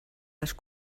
les